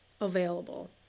available